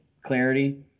clarity